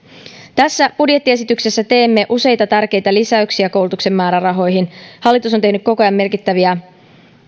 tässä budjettiesityksessä teemme useita tärkeitä lisäyksiä koulutuksen määrärahoihin hallitus on tehnyt koko ajan merkittäviä